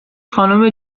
خانم